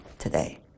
today